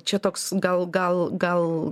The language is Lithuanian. čia toks gal gal gal